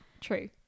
true